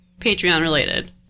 Patreon-related